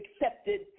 accepted